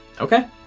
Okay